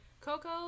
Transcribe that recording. Coco